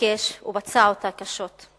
מוקש ופצע אותה קשות.